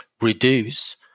reduce